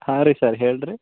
ಹಾಂ ರೀ ಸರ್ ಹೇಳಿ ರೀ